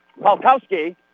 Polkowski